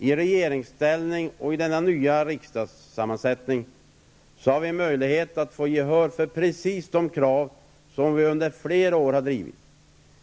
I regeringsställning och i denna nya riksdagssammansättning har vi möjlighet att få gehör för precis de krav som vi under flera år har drivit.